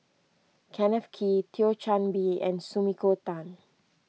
Kenneth Kee Thio Chan Bee and Sumiko Tan